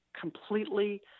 completely